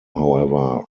however